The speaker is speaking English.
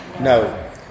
no